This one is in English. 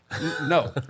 No